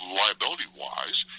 liability-wise